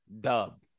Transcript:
Dub